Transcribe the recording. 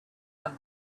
come